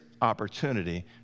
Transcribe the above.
opportunity